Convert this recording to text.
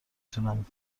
تونم